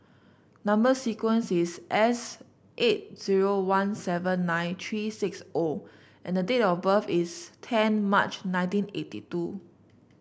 number sequence is S eight zero one seven nine three six O and the date of birth is ten March nineteen eighty two